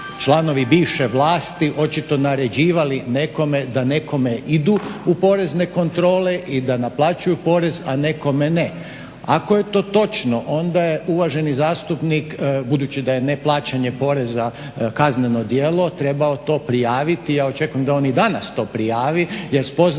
članovi bivše vlasti očito naređivali nekome da nekome idu u porezne kontrole i da naplaćuju porez, a nekome ne. Ako je to točno onda je uvaženi zastupnik, budući da je neplaćanje poreza kazneno djelo, trebao to prijaviti i ja očekujem da on i danas to prijavi jer spoznaja